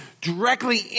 directly